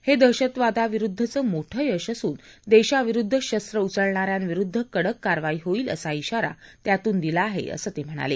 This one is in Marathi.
हे दहशतवादाविरुद्धचं मोठं यश असून देशाविरुद्ध शस्त्र उचलणा यांविरुद्ध कडक कारवाई होईल असा बाारा त्यातून दिला आहे असं ते म्हणाले